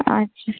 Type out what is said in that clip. अच्छा